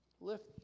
lift